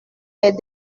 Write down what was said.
des